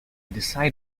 decided